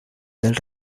del